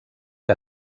que